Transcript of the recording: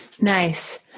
Nice